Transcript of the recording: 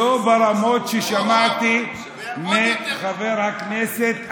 לא, לא ברמות ששמעתי מחבר הכנסת אמסלם.